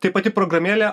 tai pati programėlė